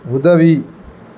உதவி